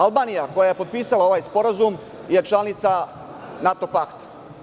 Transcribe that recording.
Albanija koja je potpisala ovaj sporazum je članica NATO pakta.